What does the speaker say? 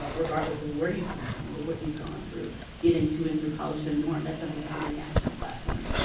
ah regardless of where you come from or what you've gone through, getting to and through college the norm. that's something that's on the national platform.